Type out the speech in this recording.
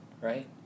right